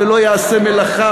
ולא יעשה מלאכה,